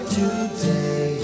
today